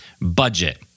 budget